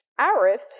Arif